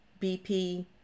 BP